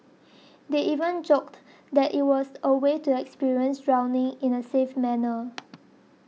they even joked that it was a way to experience drowning in a safe manner